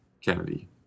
kennedy